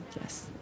yes